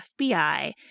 FBI